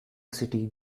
city